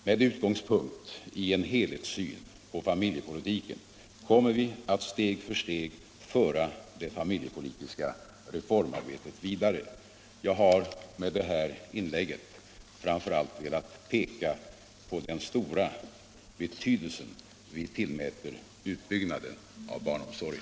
Med utgångspunkt i en helhetssyn på familjepolitiken kommer vi att steg för steg föra det familjepolitiska reformarbetet vidare. Jag har med detta inlägg framför allt velat peka på den stora betydelse som vi tillmäter utbyggnaden av barnomsorgen.